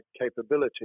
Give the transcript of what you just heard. capability